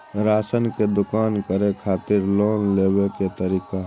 Ration के दुकान करै खातिर लोन लेबै के तरीका?